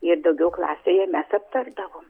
ir daugiau klasėje mes aptardavom